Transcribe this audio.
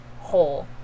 whole